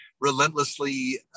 relentlessly